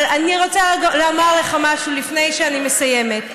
אבל אני רוצה לומר לך משהו לפני שאני מסיימת.